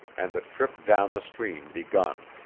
and the trip down the stream begun.